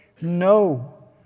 No